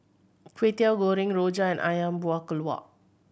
Kway Teow Goreng rojak and Ayam Buah Keluak